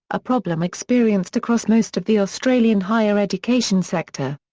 a problem experienced across most of the australian higher education sector.